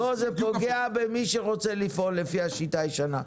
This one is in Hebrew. לא, זה פוגע במי שרוצה לפעול לפי השיטה הישנה.